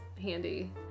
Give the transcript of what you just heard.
handy